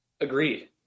Agreed